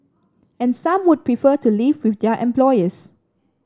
and some would prefer to live with their employers